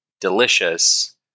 delicious